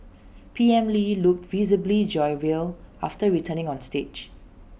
P M lee looked visibly jovial after returning on stage